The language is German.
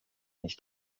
nicht